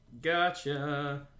gotcha